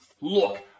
Look